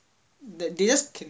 they just